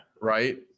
right